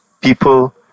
people